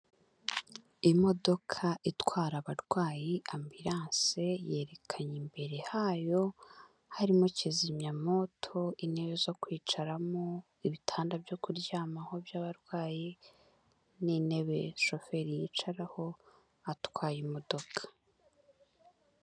Imodoka itwara abarwayi amburance yerekanye imbere hayo harimo kizimyamowoto, intebe zo kwicaramo, ibitanda byo kuryamaho by'abarwayi n'intebe shoferi yicaraho atwaye imodoka.